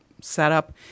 setup